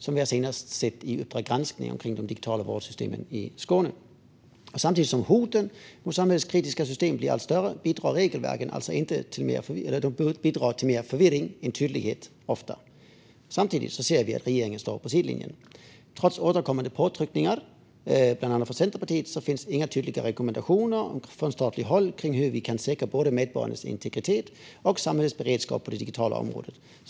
Det har vi senast sett i Uppdrag granskning om de digitala vårdsystemen i Skåne. Samtidigt som hoten mot samhällets kritiska system blir allt större bidrar regelverken ofta till mer förvirring än tydlighet, och vi ser att regeringen står på sidlinjen. Trots återkommande påtryckningar, bland annat från Centerpartiet, finns inga tydliga rekommendationer från statligt håll om hur vi kan säkra både medborgarnas integritet och samhällets beredskap på det digitala området.